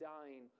dying